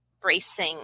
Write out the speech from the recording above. bracing